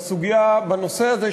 בנושא הזה,